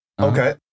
Okay